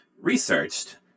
researched